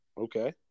Okay